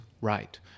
right